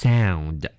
Sound